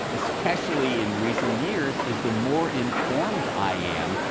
especially in recent years, is the more informed i am,